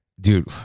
dude